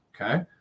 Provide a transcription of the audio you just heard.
Okay